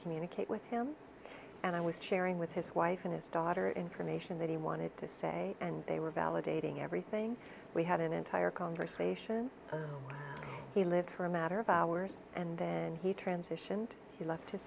communicate with him and i was sharing with his wife and his daughter information that he wanted to say and they were validating everything we had an entire conversation he lived for a matter of hours and then he transitioned he left his